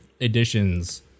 editions